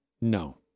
No